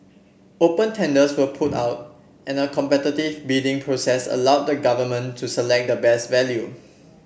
open tenders were put out and a competitive bidding process allowed the Government to select the best value